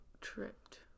tripped